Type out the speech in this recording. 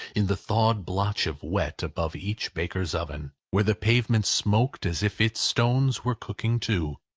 in the thawed blotch of wet above each baker's oven where the pavement smoked as if its stones were cooking too.